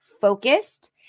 focused